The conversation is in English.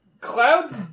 Cloud's